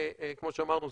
כמו שאמרנו,